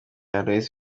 aloys